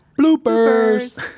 bloopers!